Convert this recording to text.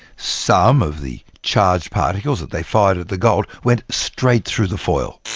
some of the charged particles they fired at the gold went straight through the foil,